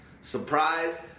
surprise